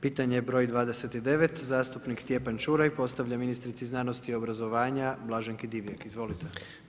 Pitanje broj 29., zastupnik Stjepan Čuraj postavlja ministrici znanosti i obrazovanja Blaženki Divjak, izvolite.